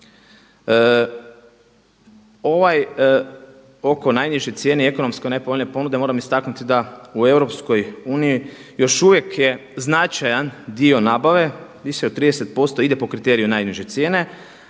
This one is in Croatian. Ovaj oko najniže cijene i ekonomski najpovoljnije ponude moram istaknuti da u EU još uvijek je značajan dio nabave više od 30% ide po kriteriju najniže cijene,